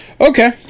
Okay